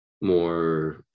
more